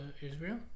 Israel